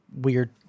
weird